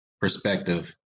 perspective